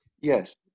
yes